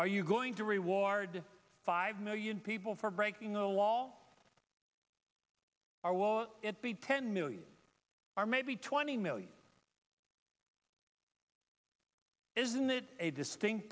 are you going to reward five million people for breaking the law all our will it be ten million or maybe twenty million isn't that a distinct